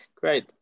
Great